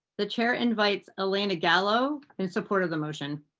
the chair invites elana gala in support of the motion.